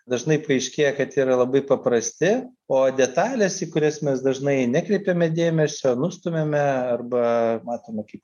dažnai paaiškėja kad yra labai paprasti o detalės į kurias mes dažnai nekreipiame dėmesio nustumiame arba matome kaip